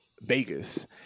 Vegas